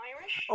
Irish